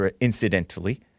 incidentally